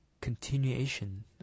continuation